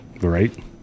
Right